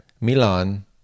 Milan